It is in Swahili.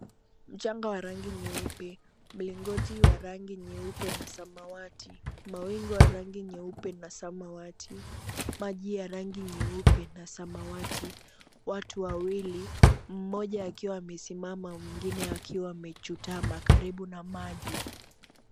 Mchanga wa rangi nyeupe, mlingoti wa rangi nyeupe na samawati. Mawingu ya rangi nyeupe na samawati. Maji ya rangi nyeupe na samawati. Watu wawili, mmoja akiwa amesimama mwingine akiwa amejutama karibu na maji.